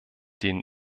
denen